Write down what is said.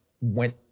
went